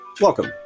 welcome